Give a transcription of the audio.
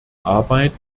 arbeit